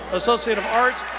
associate of arts,